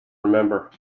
remember